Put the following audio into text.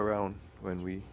around when we